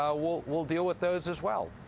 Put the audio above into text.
ah will will deal with those as well.